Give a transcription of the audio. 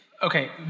Okay